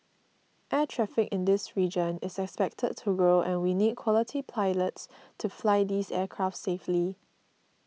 air traffic in this region is expected to grow and we need quality pilots to fly these aircraft safely